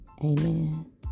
Amen